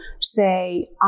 say